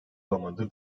zamandır